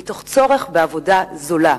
מתוך צורך בעבודה זולה.